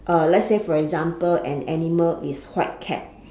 uh let's say for example an animal is white cat